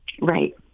Right